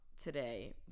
today